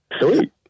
Sweet